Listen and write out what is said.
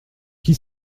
qui